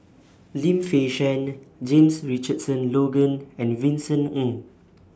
Lim Fei Shen James Richardson Logan and Vincent Ng